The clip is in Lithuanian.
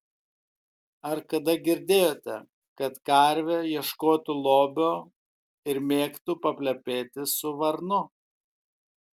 ar kada girdėjote kad karvė ieškotų lobio ir mėgtų paplepėti su varnu